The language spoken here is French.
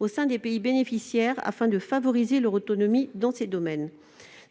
au sein des pays bénéficiaires, afin de favoriser leur autonomie dans ces domaines.